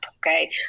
Okay